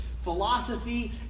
philosophy